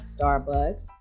Starbucks